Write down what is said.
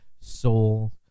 soul